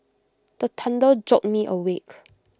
the thunder jolt me awake